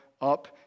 up